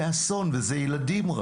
זה אסון, וזה ילדים.